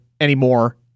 anymore